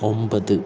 ഒമ്പത്